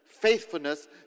faithfulness